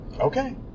Okay